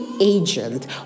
agent